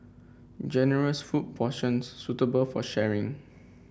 generous food portions suitable for sharing